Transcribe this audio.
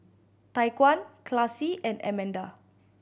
Tyquan Classie and Amanda